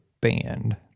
band